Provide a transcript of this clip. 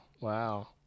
Wow